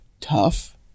tough